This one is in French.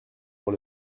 pour